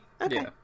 Okay